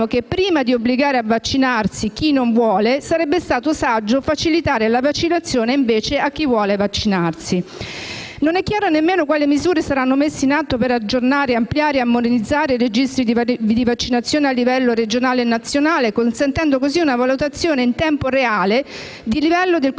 che, prima di obbligare a vaccinarsi chi non vuole, sarebbe saggio facilitare la vaccinazione di chi la desidera. Non è nemmeno chiaro quali misure saranno messe in atto per aggiornare, ampliare e armonizzare i registri di vaccinazione a livello regionale e nazionale, consentendo così una valutazione in tempo reale del livello di copertura